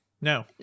no